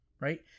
right